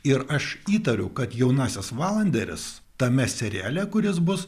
ir aš įtariu kad jaunasis valanderis tame seriale kuris bus